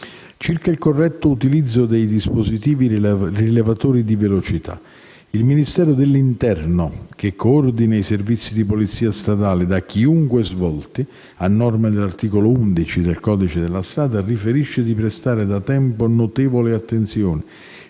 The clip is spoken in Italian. Circa il corretto utilizzo dei dispositivi rilevatori di velocità, il Ministero dell'interno, che coordina i servizi di polizia stradale da chiunque svolti a norma dell'articolo 11 del codice della strada, riferisce di prestare da tempo notevole attenzione